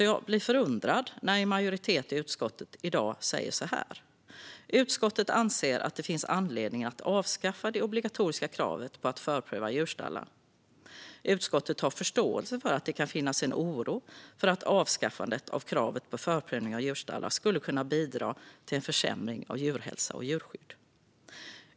Jag blir därför förundrad när en majoritet i utskottet i dag säger följande: "Utskottet anser att det finns anledning att avskaffa det obligatoriska kravet på att förpröva djurstallar. Utskottet har förståelse för att det kan finnas en oro för att avskaffandet av kravet på förprövning av djurstallar skulle kunna bidra till en försämring av djurhälsa och djurskydd.